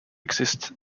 exist